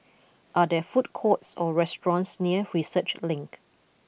are there food courts or restaurants near Research Link